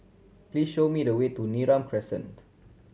please show me the way to Neram Crescent